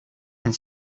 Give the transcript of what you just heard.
and